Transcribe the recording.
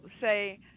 say